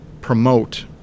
promote